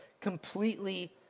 completely